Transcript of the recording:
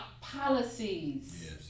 policies